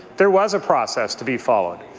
there was a process to be followed.